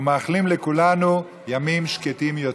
ומאחלים לכולנו ימים שקטים יותר.